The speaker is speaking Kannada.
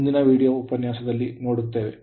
ನಾವು ಮುಂದಿನ ವೀಡಿಯೊ ಉಪನ್ಯಾಸದಲ್ಲಿ ನೋಡುತ್ತೇವೆ